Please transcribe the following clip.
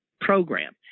program